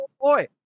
boy